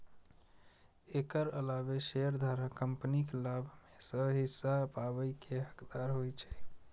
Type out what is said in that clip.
एकर अलावे शेयरधारक कंपनीक लाभ मे सं हिस्सा पाबै के हकदार होइ छै